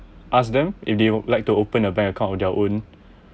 ask them if they would like to open a bank account on their own